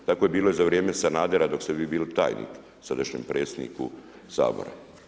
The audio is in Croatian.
Tako je bilo i za vrijeme Sanadera dok ste vi bili tajnik sadašnjem predsjedniku Sabora.